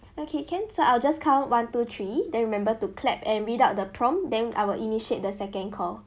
okay can so I'll just count one two three then remember to clap and without the prompt then I will initiate the second call